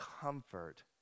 comfort